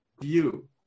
view